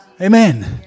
Amen